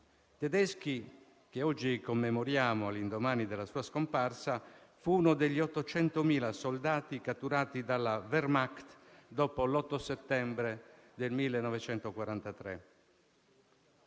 Tedeschi, che oggi commemoriamo all'indomani della sua scomparsa, fu uno degli 800.000 soldati catturati dalla Wehrmacht dopo l'8 settembre del 1943.